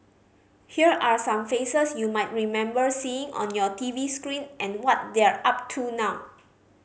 here are some faces you might remember seeing on your T V screen and what they're up to now